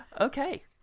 Okay